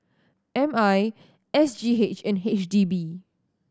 M I S G H and H D B